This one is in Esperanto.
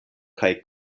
kaj